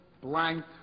Blank